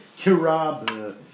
Kirab